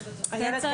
כותבת